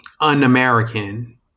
un-American